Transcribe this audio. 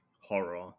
horror